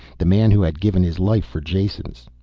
the man who had given his life for jason's.